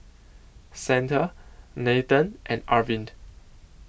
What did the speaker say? Santha Nathan and Arvind